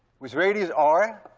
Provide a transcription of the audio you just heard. with radius r,